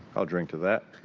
i'll drink to that.